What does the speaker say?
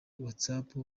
whatsapp